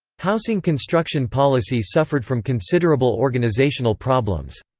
housing construction policy suffered from considerable organisational problems.